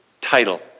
title